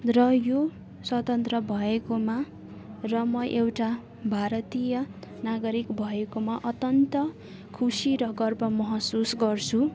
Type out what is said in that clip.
र यो स्वतन्त्र भएकोमा र म एउटा भारतीय नागरिक भएकोमा अत्यन्त खुसी र गर्व महसुस गर्छु